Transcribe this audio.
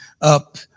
up